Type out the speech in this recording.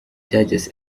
judges